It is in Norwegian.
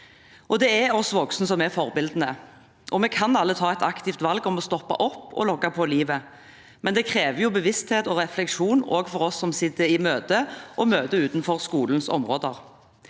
Det er oss voksne som er forbildene. Vi kan alle ta et aktivt valg om å stoppe opp og logge på livet, men det krever bevissthet og refleksjon, også for oss som sitter i møter og møtes utenfor skolens områder.